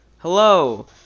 Hello